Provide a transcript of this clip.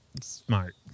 Smart